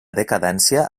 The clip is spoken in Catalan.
decadència